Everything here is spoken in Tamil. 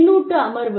பின்னூட்ட அமர்வு